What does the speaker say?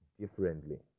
differently